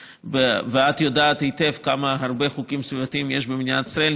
ואת יודעת היטב כמה הרבה חוקים סביבתיים יש במדינת ישראל,